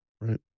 right